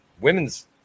women's